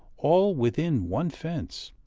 all within one fence.